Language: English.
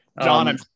John